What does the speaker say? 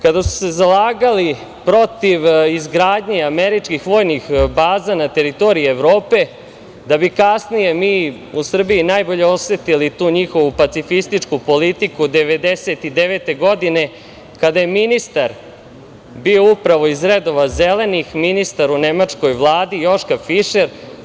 Kada su se zalagali protiv izgradnje američkih vojnih baza na teritoriji Evrope, da bi kasnije mi u Srbiji najbolje osetili tu njihovu pacifističku politiku 1999. godine, kada je ministar bio upravo iz redova zelenih, ministar u Nemačkoj vladi, Joška Fišer.